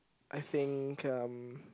I think um